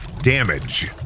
damage